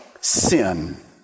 sin